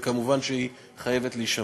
ומובן שהיא חייבת להישמר.